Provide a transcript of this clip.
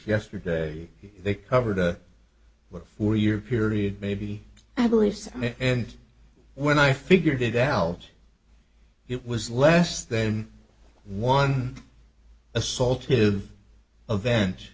yesterday they covered a four year period maybe i believe so and when i figured it out it was less than one assaulted of